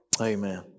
Amen